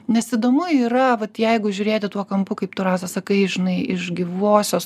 nes įdomu yra vat jeigu žiūrėti tuo kampu kaip tu rasa sakai žinai iš gyvosios